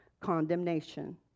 condemnation